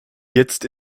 jetzt